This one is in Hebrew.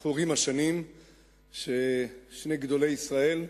זכורות השנים ששני גדולי ישראל,